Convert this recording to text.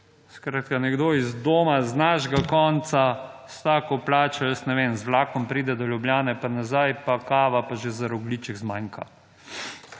Skratka, nekdo iz doma z našega konca s tako plačo jaz ne vem, z vlakom pride do Ljubljane pa nazaj pa kava pa že za rogljiček zmanjka.